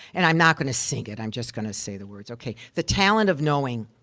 and i'm not gonna sing it i'm just gonna say the words. okay, the talent of knowing.